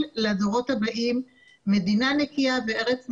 לדורות הבאים מדינה נקייה וארץ נקייה.